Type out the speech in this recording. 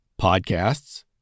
podcasts